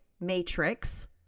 matrix